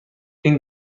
این